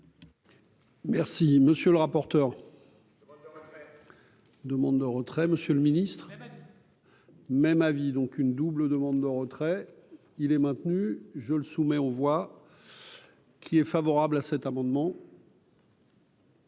Merci, monsieur le rapporteur. Demande de retrait. Demande de retrait. Le ministre même avis donc. Une double demande le retrait, il est maintenu, je le soumets aux voix. Qui est favorable à cet amendement.